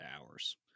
hours